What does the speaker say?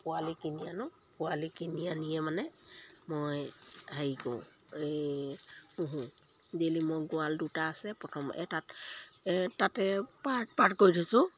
পোৱালি কিনি আনো পোৱালি কিনি আনিয়ে মানে মই হেৰি কৰোঁ এই পোহোঁ ডেইলি মই গঁড়াল দুটা আছে প্ৰথম এটাত তাতে পাৰ্ট পাৰ্ট কৰি থৈছোঁ